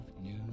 new